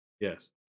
Yes